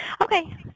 okay